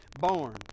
barn